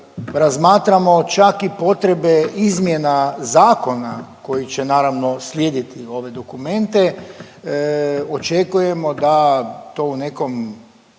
razmatramo čak i potrebe izmjena zakona koji će naravno slijediti ove dokumente, očekujemo da to u nekom